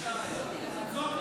זאת לא,